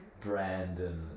Brandon